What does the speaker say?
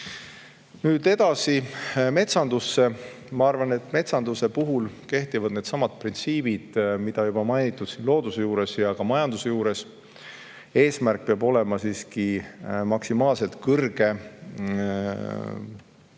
Nüüd edasi metsanduse juurde. Ma arvan, et metsanduse puhul kehtivad needsamad printsiibid, mida ma juba mainisin looduse juures ja ka majanduse juures. Eesmärk peab olema siiski maksimaalselt kõrge toorme